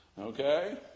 Okay